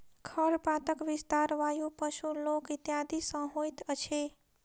खरपातक विस्तार वायु, पशु, लोक इत्यादि सॅ होइत अछि